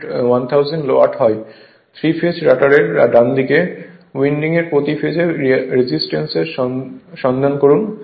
3 phase রটারের ডানদিকে উন্ডিংয়ের প্রতি ফেজে রেজিস্ট্যান্স এর সন্ধান করুন